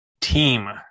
team